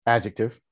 Adjective